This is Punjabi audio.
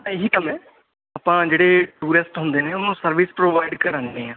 ਇਹੀ ਕੰਮ ਹੈ ਆਪਾਂ ਜਿਹੜੇ ਟੂਰਿਸਟ ਹੁੰਦੇ ਨੇ ਉਹ ਨੂੰ ਸਰਵਿਸ ਪ੍ਰੋਵਾਈਡ ਕਰਨਦੇ ਆ